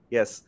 Yes